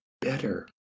better